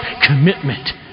commitment